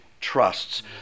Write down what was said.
trusts